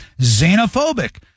xenophobic